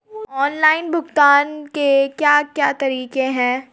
Online भुगतान के क्या क्या तरीके हैं?